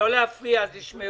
כל הדברים האחרים כבר